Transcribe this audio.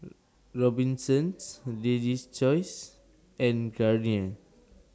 Robinsons Lady's Choice and Garnier